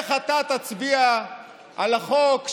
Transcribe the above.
איך אתה תצביע על החוק,